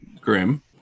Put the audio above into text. Grim